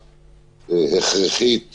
הכרחית,